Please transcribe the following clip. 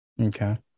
Okay